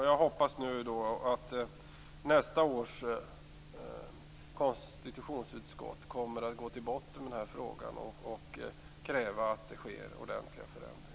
Jag hoppas att konstitutionsutskottet nästa år går till botten med frågan och kräver ordentliga förändringar.